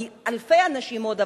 מאלפי אנשים עוד,